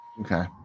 Okay